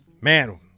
Man